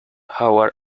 howard